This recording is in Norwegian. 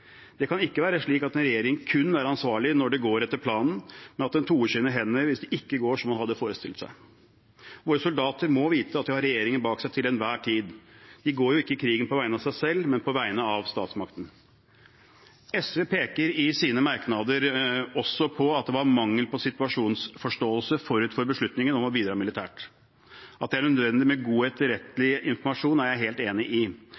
Det kan ikke være slik at en regjering kun er ansvarlig når det går etter planen, men at den toer sine hender hvis det ikke går som man hadde forestilt seg. Våre soldater må vite at de har regjeringen bak seg til enhver tid. De går jo ikke i krigen på vegne av seg selv, men på vegne av statsmakten. SV peker i sine merknader også på at det var mangel på situasjonsforståelse forut for beslutningen om å bidra militært. At det er nødvendig med god og etterrettelig informasjon, er jeg helt enig i.